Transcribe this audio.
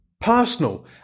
personal